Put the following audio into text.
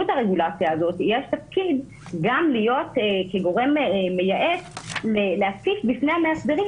הרגולציה הזאת גם תפקיד של גורם מייעץ להציף בפני המאסדרים